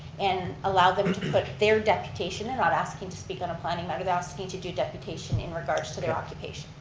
and allow them to put their deputation in. they're not asking to speak on a planning matter, they're asking to do deputation in regards to their occupation.